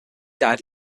died